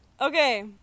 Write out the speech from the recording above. okay